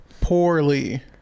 Poorly